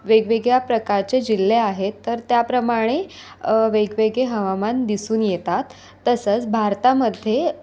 वेगवेगळ्या प्रकारचे जिल्हे आहेत तर त्याप्रमाणे वेगवेगळे हवामान दिसून येतात तसंच भारतामध्ये